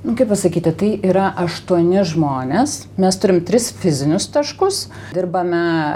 nu kaip pasakyti tai yra aštuoni žmonės mes turim tris fizinius taškus dirbame